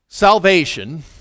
Salvation